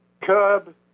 curb